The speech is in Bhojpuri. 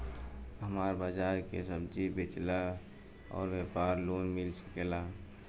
हमर बाजार मे सब्जी बेचिला और व्यापार लोन मिल सकेला?